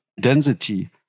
density